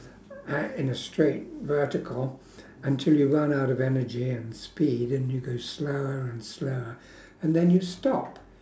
and in a straight vertical until you run out of energy and speed and you go slower and slower and then you stop